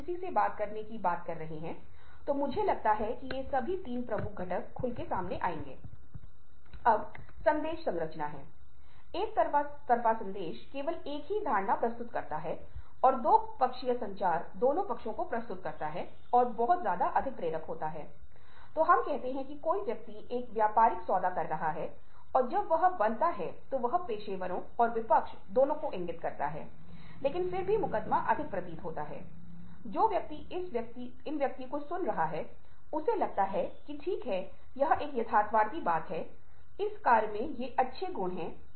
अब साझा करने के लिए सुनने पर ध्यान केंद्रित करें और यह एक ऐसी चीज है जिसे मैंने लघु कहानी के संदर्भ में हाइलाइट किया है जो हमने एक साथ तत्व और साझा की है जो एक अच्छी श्रोता के लिए एक संपत्ति है क्योंकि जब आप श्रोता है और व्यक्ति जो आपसे बात कर रहा है उसे साझा करते हैंवह आपसे कुछ लेना नहीं चाहता वह सिर्फ अनलोड करना चाहता है और आप उस व्यक्ति को अनलोड करने और सुनने में सक्षम हैं भावनात्मक संदर्भ में एक संचारक के रूप में एक बहुत ही गहन तरीके से सफल हो रहे है